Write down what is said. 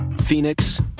Phoenix